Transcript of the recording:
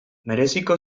mereziko